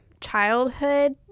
childhood